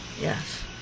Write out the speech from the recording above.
Yes